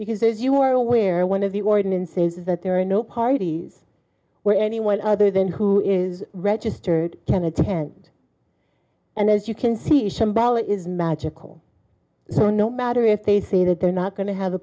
because as you were aware one of the ordinance is that there are no parties where anyone other than who is registered can attend and as you can see shambo is magical so no matter if they say that they're not going to have a